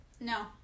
No